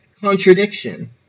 Contradiction